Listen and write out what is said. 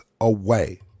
away